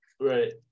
right